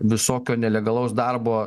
visokio nelegalaus darbo